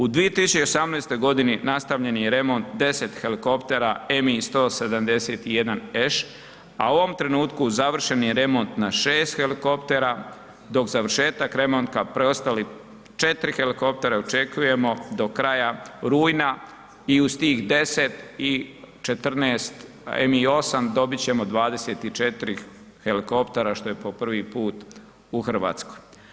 U 2018. godini nastavljen je i remont 10 helikoptera MI 171 sh, a u ovom trenutku završen je remont na 6 helikoptera, dok završetak remonta preostalih 4 helikoptera očekujemo do kraja rujna i uz tih 10 i 14, MI 8, dobit ćemo 24 helikoptera, što je po prvi put u Hrvatskoj.